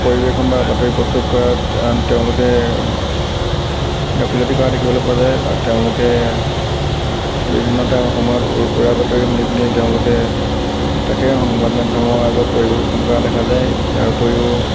পৰিৱেশন বা বাতৰি প্ৰস্তুত কৰাত তেওঁলোকে গাফিলতি কৰা দেখিবলৈ পোৱা যায় তেওঁলোকে বিভিন্ন টা সময়ত উৰা বাতৰি শুনি শুনি তেওঁলোকে তাকে সংবাদ মাধ্যমৰ আগত পৰিৱেশন কৰা দেখা যায় ইয়াৰ ওপৰিও